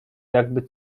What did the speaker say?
jakby